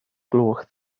gloch